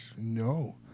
No